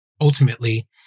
ultimately